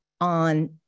on